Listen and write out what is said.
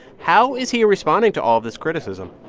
how is he responding to all of this criticism?